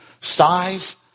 Size